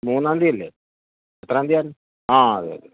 മൂന്നാം തീയതി അല്ലേ എത്രാം തീയതി ആണ് ആ അതെ